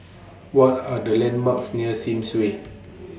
What Are The landmarks near Sims Way